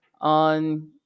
on